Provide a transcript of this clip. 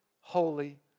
holy